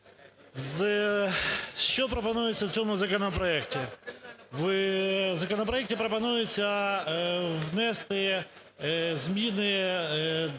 Що пропонується в цьому законопроекті? В законопроекті пропонується внести зміни до